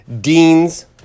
Dean's